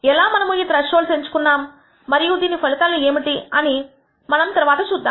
ఎలా మనము ఈ త్రెష్హోల్డ్స్ ఎంచుకున్నాము మరియు దీని ఫలితాలు ఏమిటి అని మనం తర్వాత చూద్దాం